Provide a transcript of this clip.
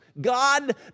God